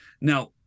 Now